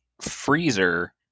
freezer